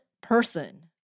person